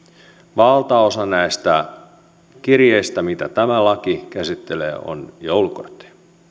valtaosa näistä kirjeistä mitä tämä laki käsittelee on joulukortteja